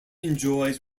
enjoys